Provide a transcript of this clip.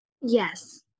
Yes